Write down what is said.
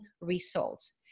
results